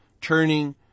turning